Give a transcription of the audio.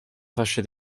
fasce